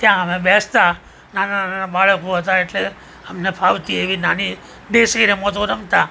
ત્યાં અમે બેસતા નાના નાના બાળકો હતા એટલે અમને ફાવતી એવી નાની દેશી રમતો રમતા